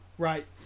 Right